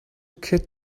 kid